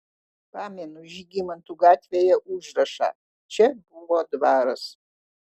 pamenu žygimantų gatvėje užrašą čia buvo dvaras